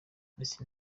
messi